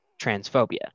transphobia